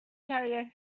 carrier